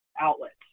outlets